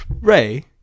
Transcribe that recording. Ray